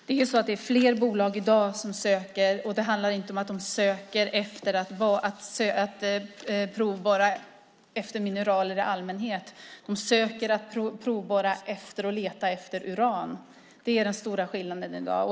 Fru talman! I dag är det fler bolag som söker. Det handlar inte om att de ansöker om att få provborra efter mineraler i allmänhet. De ansöker om att få provborra för att leta efter uran. Det är den stora skillnaden i dag.